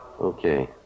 Okay